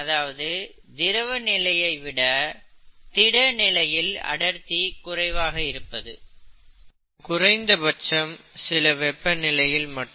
அதாவது திரவ நிலையை விட திட நிலையில் அடர்த்தி குறைவாக இருப்பது குறைந்தபட்சம் சில வெப்பநிலையில் மட்டும்